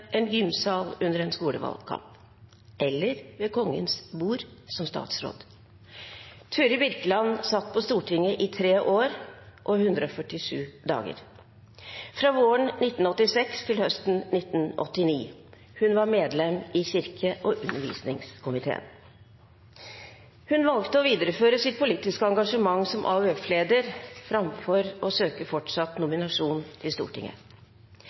en gymsal under en skolevalgkamp eller ved kongens bord som statsråd. Turid Birkeland satt på Stortinget i 3 år og 147 dager, fra våren 1986 til høsten 1989. Hun var medlem i kirke- og undervisningskomiteen. Hun valgte å videreføre sitt politiske engasjement som AUF-leder framfor å søke fortsatt nominasjon til Stortinget.